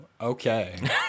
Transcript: Okay